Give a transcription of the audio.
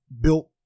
built